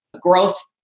growth